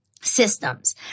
Systems